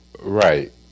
Right